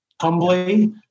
humbly